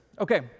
Okay